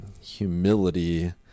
humility